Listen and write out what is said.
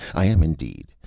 i am indeed,